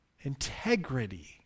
integrity